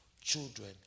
children